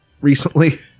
Recently